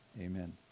Amen